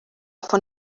von